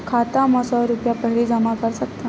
खाता मा सौ रुपिया पहिली जमा कर सकथन?